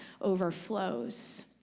overflows